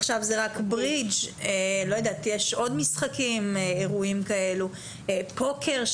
עכשיו זה רק ברידג' ויש עוד אירועים של משחקים כאלה כמו פוקר,